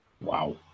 Wow